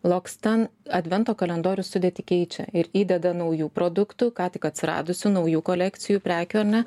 loccitane advento kalendorių sudėtį keičia ir įdeda naujų produktų ką tik atsiradusių naujų kolekcijų prekių ar ne